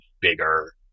bigger